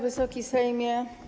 Wysoki Sejmie!